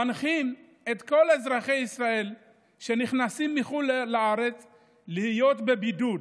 מנחים את כל אזרחי ישראל שנכנסים מחו"ל לארץ להיות בבידוד,